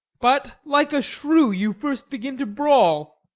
but, like a shrew, you first begin to brawl.